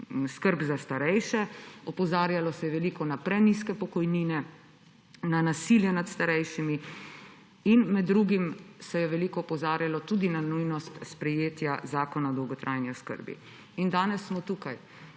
skrb za starejše. Opozarjalo se je veliko na prenizke pokojnine, na nasilje nad starejšimi. Med drugim se je veliko opozarjalo tudi na nujnost sprejetja zakona o dolgotrajni oskrbi. In danes smo tukaj.